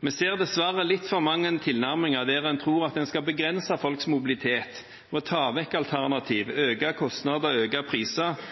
Vi ser dessverre litt for mange tilnærminger der en tror at en vil begrense folks mobilitet ved å ta vekk alternativ, øke kostnader og øke priser,